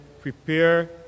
prepare